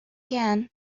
can